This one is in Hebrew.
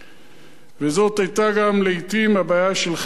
וזאת היתה גם, לעתים, הבעיה של חלק ממבקריו,